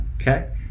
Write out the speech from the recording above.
Okay